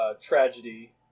tragedy